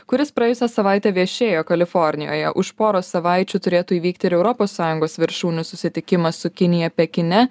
kuris praėjusią savaitę viešėjo kalifornijoje už poros savaičių turėtų įvykti ir europos sąjungos viršūnių susitikimas su kinija pekine